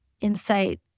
insight